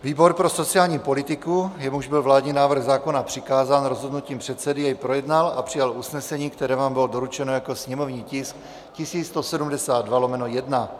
Výbor pro sociální politiku, jemuž byl vládní návrh zákona přikázán rozhodnutím předsedy, jej projednal a přijal usnesení, které vám bylo doručeno jako sněmovní tisk 1172/1.